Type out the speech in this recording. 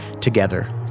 together